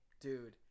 Dude